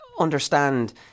understand